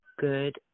good